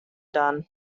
done